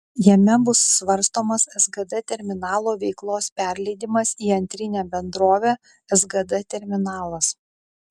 jame bus svarstomas sgd terminalo veiklos perleidimas į antrinę bendrovę sgd terminalas